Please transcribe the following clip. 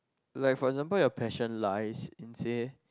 like for example you passion lies in say